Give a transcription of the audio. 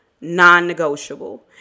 non-negotiable